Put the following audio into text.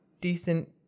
decent